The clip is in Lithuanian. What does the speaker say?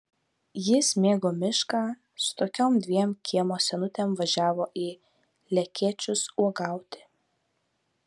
jis mėgo mišką su tokiom dviem kiemo senutėm važiavo į lekėčius uogauti